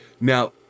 Now